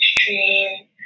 stream